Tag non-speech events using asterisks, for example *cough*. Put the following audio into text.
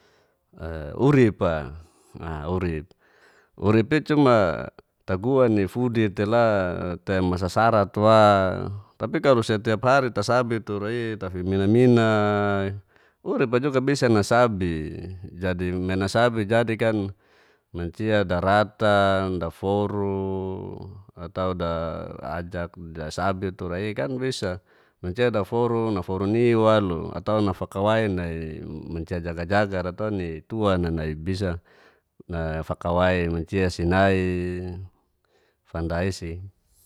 *hesitation* urip'a icuma taguan'i fudi tela tea masasarat wa tapi kalo setip hari tasabi tura'i tafi mona monak urip'a juga bisa nasabi jadi me nasabbi jadi kan mancia daratan, daforu, atau da ajak dasabi tura'i kan bisa. Mancia daforu naforu ni walu atau nafakawai nai mancia jaga jaga'ra to ni tuan'a nai bis nafakawai mancia si nai fanda i'si.